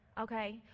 okay